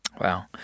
Wow